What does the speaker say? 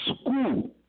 school